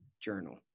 journal